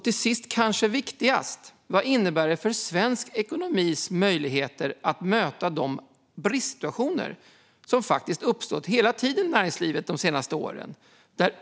Till sist och kanske viktigast: Vad innebär det för svensk ekonomis möjligheter att möta de bristsituationer som hela tiden har uppstått i näringslivet de senaste åren?